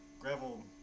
gravel